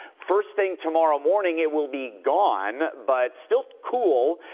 first thing tomorrow morning, it will be gone, but still cool.